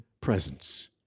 presence